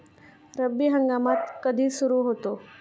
रब्बी हंगाम कधी सुरू होतो?